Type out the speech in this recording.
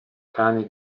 cani